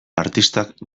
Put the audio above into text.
artistak